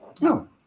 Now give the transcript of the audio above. No